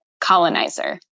colonizer